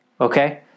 Okay